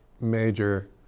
major